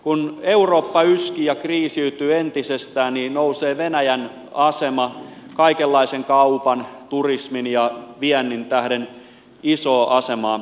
kun eurooppa yskii ja kriisiytyy entisestään nousee venäjän asema kaikenlaisen kaupan turismin ja viennin tähden isoon asemaan